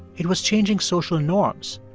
it was changing social norms,